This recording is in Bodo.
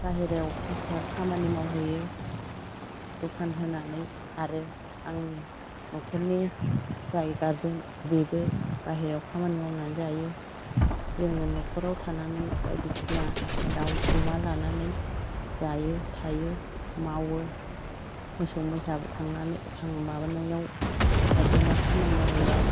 बाहेरायाव कमपिउटार खामानि मावहैयो दखान होनानै आरो आंनि न'खरनि जाय गारजेन बिबो बाहेराव खामानि मावनानै जायो जोङो न'खराव थानानै बायदिसिना दाउ अमा लानानै जायो थायो मावो मोसौ मोसा माबानायाव गारजेना खामानि मावहैबा